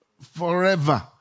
forever